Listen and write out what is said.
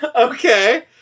Okay